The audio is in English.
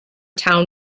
town